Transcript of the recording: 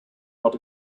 not